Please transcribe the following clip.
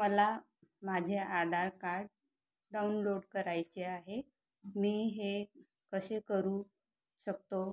मला माझे Aadhaar card download करायचे आहे मी हे कसे करू शकतो